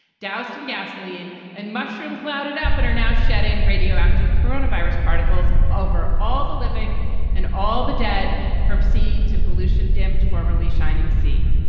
doused in gasoline and mushroom clouded up and are now shedding radioactive corona virus particles over all the living and all the dead from sea to pollution dimmed, formerly shining sea.